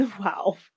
wow